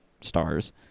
stars